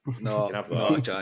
No